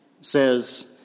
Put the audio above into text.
says